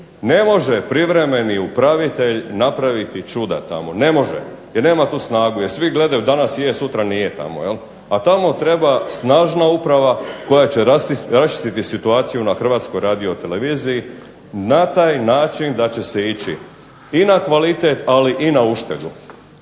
Ne može privremeni upravitelj napraviti čuda tamo, ne može jer nema tu snagu, jer svi gledaju danas je, sutra nije tamo. A tamo treba snažna uprava koja će raščistiti situaciju na Hrvatskoj radioteleviziji na taj način da će se ići i na kvalitet, ali i na uštedu,